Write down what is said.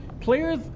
players